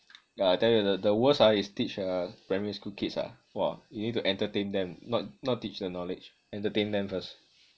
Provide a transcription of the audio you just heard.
yah I tell you the the worst ah is teach a primary school kids ah !wah! you need to entertain them not not teach them knowledge entertain them first